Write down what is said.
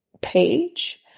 page